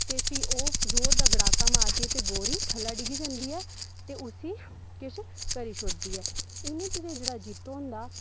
ते फ्ही ओह् जोर दा गड़ाका मारदी ऐ ते कौड़ी थल्ले डि'ग्गी जंदी ऐ ते उसी किश करी छोड़दी ऐ इ'यां जेह्ड़ा जित्तो होंदा